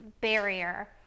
barrier